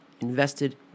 invested